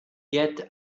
get